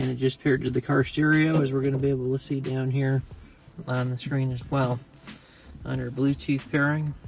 ah just paired to the car stereo as we're gonna be able to see down here on the screen as well under bluetooth pairing.